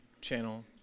channel